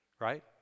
right